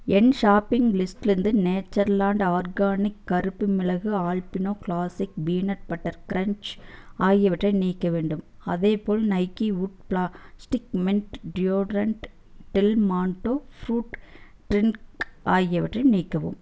என் shopping லிஸ்டிலிருந்து Natureland organics கருப்பு மிளகு albino classic peanut butter crunch ஆகியவற்றை நீக்க வேண்டும் அதேபோல் Nike wood plastic men deodorant Del Monte fruit drink ஆகியவற்றையும் நீக்கவும்